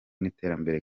n’iterambere